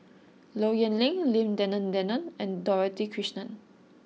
Low Yen Ling Lim Denan Denon and Dorothy Krishnan